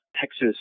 Texas